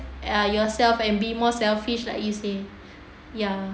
yourself and be more selfish like easy ya